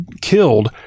killed